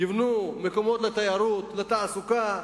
יבנו מקומות לתיירות, לתעסוקה,